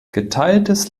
geteiltes